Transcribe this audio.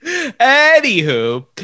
Anywho